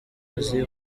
azi